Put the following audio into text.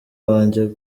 wanjye